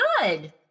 good